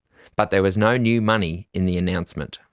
but there was no new money in the announcement.